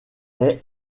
est